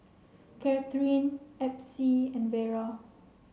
Kathryn Epsie and Vera